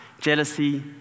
jealousy